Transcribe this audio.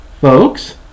folks